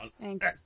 Thanks